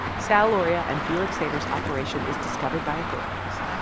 sal lauria and felix sater's operation is discovered by authorities.